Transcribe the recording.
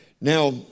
Now